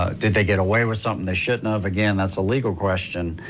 ah did they get away wit something they shouldn't have, again that's a legal question.